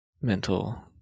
mental